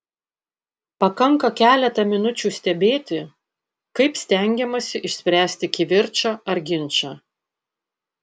pakanka keletą minučių stebėti kaip stengiamasi išspręsti kivirčą ar ginčą